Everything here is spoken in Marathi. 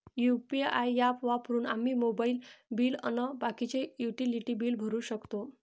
यू.पी.आय ॲप वापरून आम्ही मोबाईल बिल अन बाकीचे युटिलिटी बिल भरू शकतो